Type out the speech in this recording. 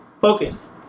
focus